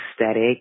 aesthetic